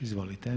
Izvolite.